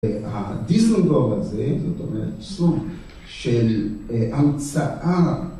הדיסלנדור הזה, זאת אומרת, סום של המצאה